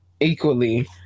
equally